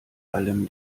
allem